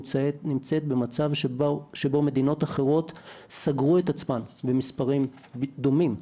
נמצאת במצב שבו מדינות אחרות סגרו את עצמן במספרים דומים.